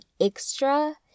extra